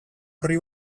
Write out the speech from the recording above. orri